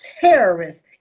terrorists